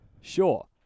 sure